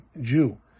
Jew